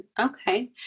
Okay